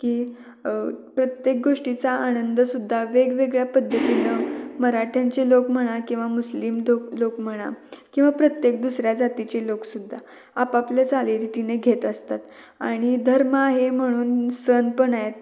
की प्रत्येक गोष्टीचा आनंदसुद्धा वेगवेगळ्या पद्धतीनं मराठ्यांचे लोक म्हणा किवा मुस्लिम तोक लोक म्हणा किवा प्रत्येक दुसऱ्या जातीची लोकसुद्धा आपआपले चालीरितीने घेत असतात आणि धर्म आहे म्हणून सण पण आहेत